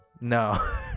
no